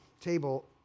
table